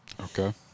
Okay